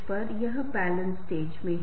परिवार के सदस्य कैसे हैं